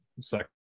second